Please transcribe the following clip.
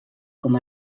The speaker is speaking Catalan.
com